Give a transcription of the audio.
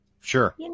Sure